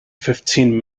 fifteen